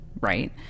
right